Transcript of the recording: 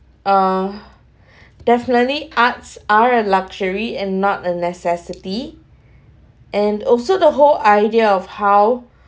uh definitely arts are a luxury and not a necessity and also the whole idea of how